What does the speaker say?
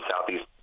Southeast